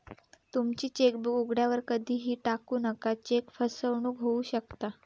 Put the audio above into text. तुमची चेकबुक उघड्यावर कधीही टाकू नका, चेक फसवणूक होऊ शकता